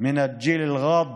מהגיל הרך,